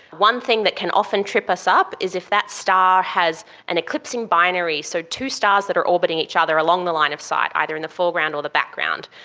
one thing that can often trip us up is if that star has an eclipsing binary, so two stars that are orbiting each other along the line of sight, either in the foreground or the background.